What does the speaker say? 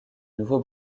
nouveau